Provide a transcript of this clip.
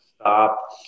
stop